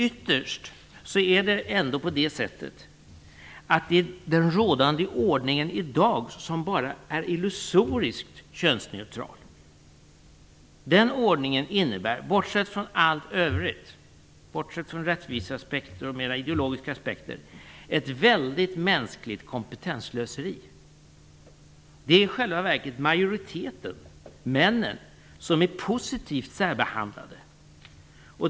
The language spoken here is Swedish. Ytterst är det ändå på det sättet att det är den rådande ordningen i dag som bara är illusoriskt könsneutral. Den ordningen innebär, bortsett från allt övrigt, bortsett från rättviseaspekter och mer ideologiska aspekter, ett väldigt mänskligt kompetensslöseri. Det är i själva verket majoriteten, männen, som är positivt särbehandlade.